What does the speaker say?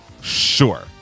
Sure